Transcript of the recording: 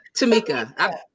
Tamika